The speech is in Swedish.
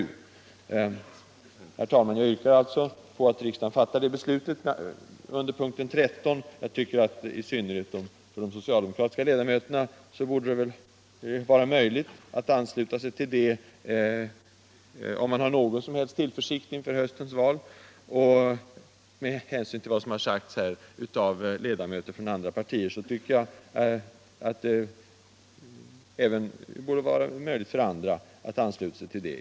Herr talman! Jag yrkar alltså bifall till detta yrkande under punkten 13. I synnerhet för de socialdemokratiska ledamöterna borde det vara möjligt att ansluta sig till mitt yrkande, om man har någon tillförsikt inför höstens val. Mot bakgrund av vad som har sagts här av ledamöter från andra partier borde det även vara möjligt för fler att ansluta sig till det.